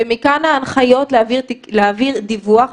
ומכאן ההנחיות להעביר דיווח,